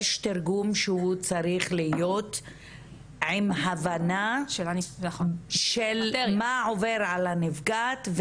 יש תרגום שצריך להיות עם הבנה של מה עובר על הנפגעת,